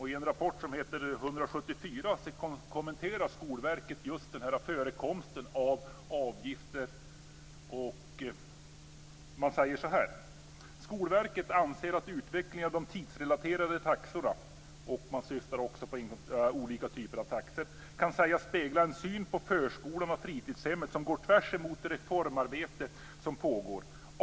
I en rapport som heter 174 kommenterar Skolverket just förekomsten av avgifter. Man säger så här: Skolverket anser att utvecklingen av de tidsrelaterade taxorna - man syftar på olika typer av taxor - kan sägas spegla en syn på förskolan och fritidshemmet som går tvärsemot det reformarbete som pågår.